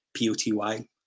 POTY